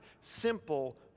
simple